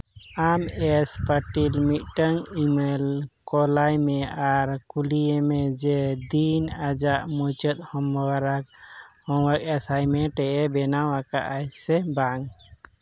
ᱟᱢ ᱮᱥ ᱯᱟᱹᱴᱤᱞ ᱢᱤᱫᱴᱟᱝ ᱤᱼᱢᱮᱞ ᱠᱚᱞᱟᱭ ᱢᱮ ᱟᱨ ᱠᱩᱞᱤᱭᱮᱢᱮ ᱡᱮ ᱫᱤᱱ ᱟᱡᱟᱜ ᱢᱩᱪᱟᱹᱫ ᱦᱚᱢᱚᱨᱟ ᱮᱥᱟᱭᱢᱮᱱᱴ ᱮ ᱵᱮᱱᱟᱣ ᱟᱠᱟᱜ ᱟᱭ ᱥᱮ ᱵᱟᱝ